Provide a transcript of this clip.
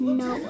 no